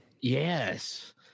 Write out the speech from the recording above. Yes